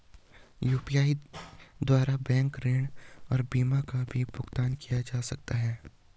UPI द्वारा bank ऋण और बीमा का भी भुगतान किया जा सकता है?